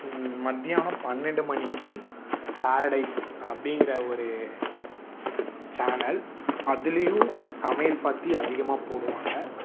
மத்தியானம் பன்னெண்டு மணிக்கு பேரடைஸ் அப்படிங்கிற ஒரு சேனல் அதுலயும் சமையல் பற்றி அதிகமாக போடுவாங்க